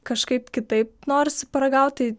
kažkaip kitaip norisi paragaut tai